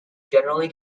generally